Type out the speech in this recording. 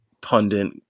Pundit